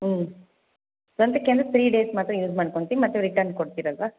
ಹ್ಞೂ ಸ್ವಂತಕ್ಕೆ ಅಂದರೆ ತ್ರೀ ಡೇಸ್ ಮಾತ್ರ ಯೂಸ್ ಮಾಡ್ಕೊಂತೀವಿ ಮತ್ತೆ ರಿಟರ್ನ್ ಕೊಡ್ತೀರಲ್ಲವಾ